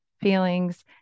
feelings